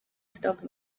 stock